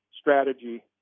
strategy